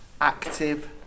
active